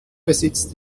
besitzt